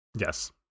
Yes